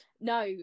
No